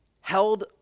held